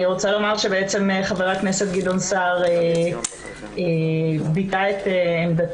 11:32) אני רוצה לומר שחבר הכנסת גדעון סער ביטא את עמדתי.